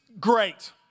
great